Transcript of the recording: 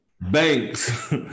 Banks